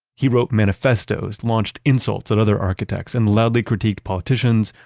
he wrote manifestos, launched insults at other architects and loudly critique politicians,